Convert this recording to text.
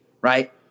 right